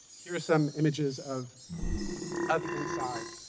here are some images of of the inside.